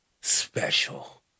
special